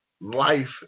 life